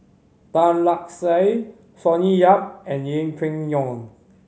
Tan Lark Sye Sonny Yap and Yeng Pway Ngon